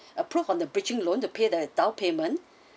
approved on the bridging loan to pay the down payment